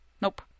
Nope